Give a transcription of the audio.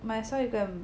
might as well you go and